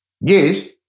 Yes